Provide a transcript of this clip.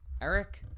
Eric